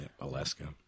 Alaska